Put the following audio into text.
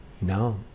No